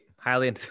highly